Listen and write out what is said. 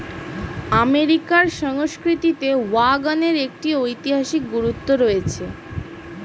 আমেরিকার সংস্কৃতিতে ওয়াগনের একটি ঐতিহাসিক গুরুত্ব রয়েছে